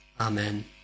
amen